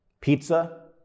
Pizza